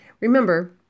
Remember